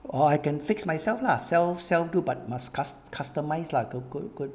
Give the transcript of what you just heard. or I can fix myself lah self self do but must cust~ customise lah good good good